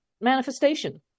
manifestation